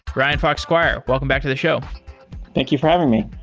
ryan fox squire, welcome back to the show thank you for having me.